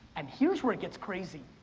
and here's where it gets crazy,